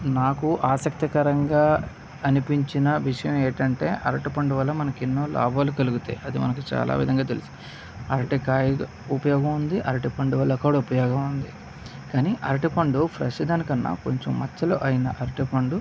నాకు ఆసక్తికరంగా అనిపించిన విషయమేమిటంటే అరటిపండు వల్ల మనకు ఎన్నో లాభాలు కలుగుతాయి అది మనకు చాలా విధంగా తెలుసు అరటికాయ ఉపయోగం ఉంది అరటిపండు వల్ల కూడా ఉపయోగం ఉంది కానీ అరటిపండు ఫ్రెష్ దాని కన్నా కొంచం మచ్చలు అయిన అరటిపండు మనం